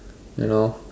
you know